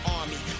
army